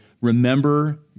remember